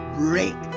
break